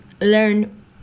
learn